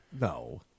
No